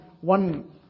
one